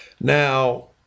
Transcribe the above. Now